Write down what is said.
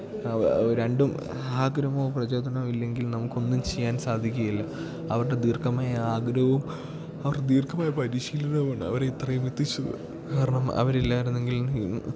രണ്ടും ആഗ്രഹമോ പ്രചോദനോ ഇല്ലെങ്കിൽ നമുക്ക് ഒന്നും ചെയ്യാൻ സാധിക്കുകയില്ല അവരുടെ ദീർഘമായ ആഗ്രഹവും അവരുടെ ദീർഘമായ പരിശീലനവും കൊണ്ടാണ് അവരെ ഇത്രയും എത്തിച്ചത് കാരണം അവർ ഇല്ലായിരുന്നെങ്കിൽ